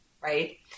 right